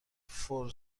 فور